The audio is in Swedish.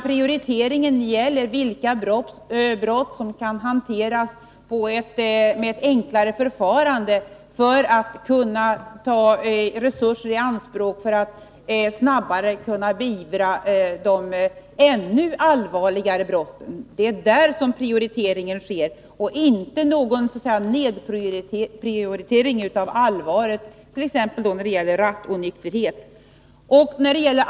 Prioriteringen gäller vilka brott som kan hanteras med ett enklare förfarande för att resurser skall kunna tas i anspråk för ett snabbare beivrande av de ännu allvarligare brotten. Det är där som prioriteringen sker. Det är således inte fråga om någon ”nedprioritering” av allvaret när det t.ex. gäller rattonykterhet.